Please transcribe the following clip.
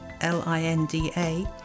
L-I-N-D-A